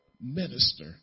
minister